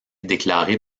déclarée